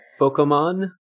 Pokemon